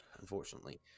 Unfortunately